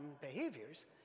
behaviors